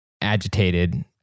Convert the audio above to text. agitated